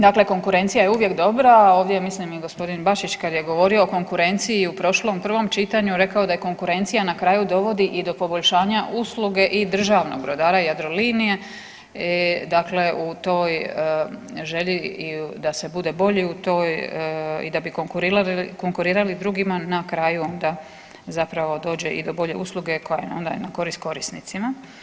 Dakle, konkurencija je uvijek dobra, a ovdje mislim i g. Bačić kad je govorio o konkurenciji i u prošlom prvom čitanju rekao da je konkurencija na kraju dovodi i do poboljšanja usluge i državnog brodara Jadrolinije, dakle u toj želji da se bude bolji u toj i da bi konkurirali drugima na kraju onda zapravo dođe i do bolje usluge koja je onda i na korist korisnicima.